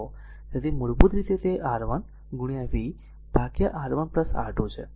તેથી મૂળભૂત રીતે તે R1 v R1 R2 છે